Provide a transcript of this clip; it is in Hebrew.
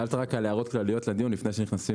שאלת רק על הערות כלליות לדיון לפני שנכנסים